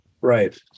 Right